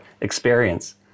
experience